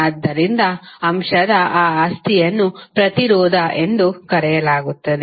ಆದ್ದರಿಂದ ಅಂಶದ ಆ ಆಸ್ತಿಯನ್ನು ಪ್ರತಿರೋಧ ಎಂದು ಕರೆಯಲಾಗುತ್ತದೆ